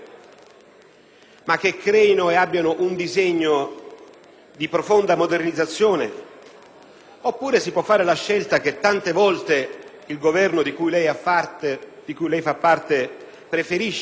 occorre, ma con un disegno di profonda modernizzazione; oppure si può fare la scelta che tante volte il Governo di cui lei fa parte preferisce,